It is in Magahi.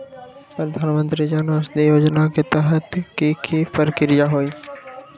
प्रधानमंत्री जन औषधि योजना के तहत की की प्रक्रिया होई?